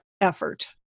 effort